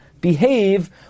behave